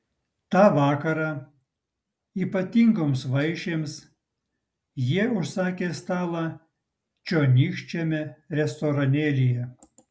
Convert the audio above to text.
tą vakarą ypatingoms vaišėms jie užsakė stalą čionykščiame restoranėlyje